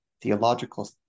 Theological